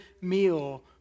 meal